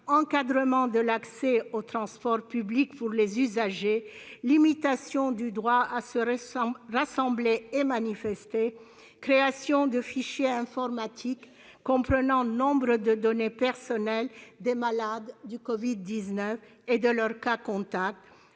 encadrement de l'accès aux transports publics pour les usagers, limitation du droit à se rassembler et manifester, création de fichiers informatiques comprenant nombre de données personnelles des malades du covid-19 et de leurs cas contacts